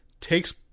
takes